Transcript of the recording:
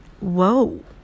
Whoa